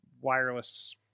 wireless